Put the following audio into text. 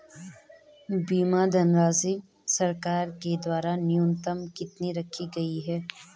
बीमा धनराशि सरकार के द्वारा न्यूनतम कितनी रखी गई है?